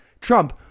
Trump